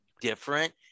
different